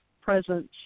presence